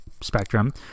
spectrum